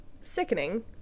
sickening